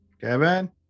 Kevin